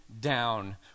down